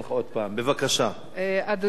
בבקשה, ברכות.